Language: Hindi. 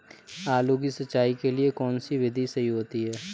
आलू की सिंचाई के लिए कौन सी विधि सही होती है?